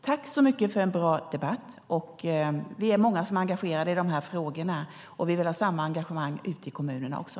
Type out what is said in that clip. Tack så mycket för en bra debatt! Vi är många som är engagerade i de här frågorna, och vi vill ha samma engagemang ute i kommunerna också.